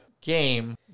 game